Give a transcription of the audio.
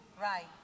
right